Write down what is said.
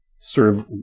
serve